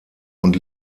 und